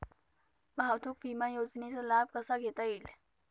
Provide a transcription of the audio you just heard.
वाहतूक विमा योजनेचा लाभ कसा घेता येईल?